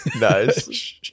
Nice